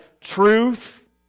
truth